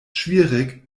schwierig